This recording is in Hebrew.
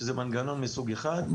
שזה מנגנון מסוג אחד,